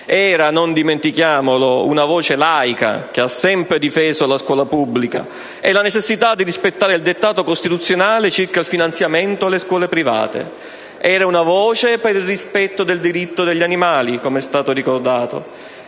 Era - non dimentichiamolo - una voce laica, che ha sempre difeso la scuola pubblica e la necessità di rispettare il dettato costituzionale circa il finanziamento alle scuole private. Era una voce per il rispetto del diritto degli animali, com'è stato ricordato.